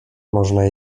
można